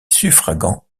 suffragant